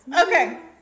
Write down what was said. Okay